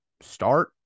start